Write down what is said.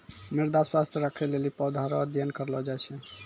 मृदा स्वास्थ्य राखै लेली पौधा रो अध्ययन करलो जाय छै